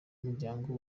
umuryango